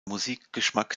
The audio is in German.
musikgeschmack